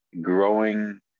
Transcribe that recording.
growing